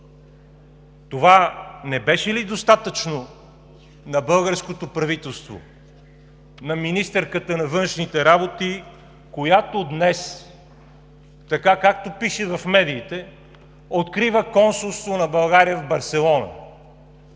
Това не беше ли достатъчно на българското правителство, на министърката на външните работи, която днес, така както пише в медиите, открива консулство на България в Барселона?!